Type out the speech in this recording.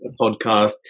podcast